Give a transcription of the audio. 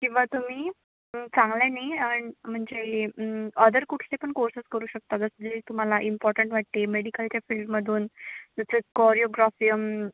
किंवा तुम्ही चांगल्याने म्हणजे अदर कुठले पण कोर्सेस करू शकता जसं जे तुम्हाला इम्पॉर्टंट वाटते मेडिकलच्या फील्डमधून जसंच कोरिओग्रॉफियम